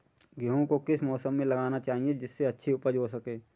गेहूँ को किस मौसम में लगाना चाहिए जिससे अच्छी उपज हो सके?